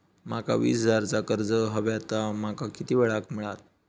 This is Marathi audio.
माका वीस हजार चा कर्ज हव्या ता माका किती वेळा क मिळात?